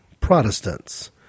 Protestants